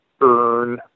earn